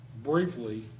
Briefly